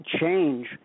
change